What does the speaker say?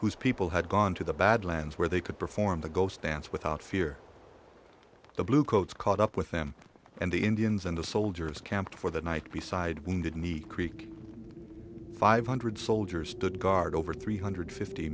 whose people had gone to the bad lands where they could perform the ghost dance without fear the bluecoats caught up with them and the indians and the soldiers camped for the night beside wounded knee creek one five hundred soldiers stood guard over three hundred fifty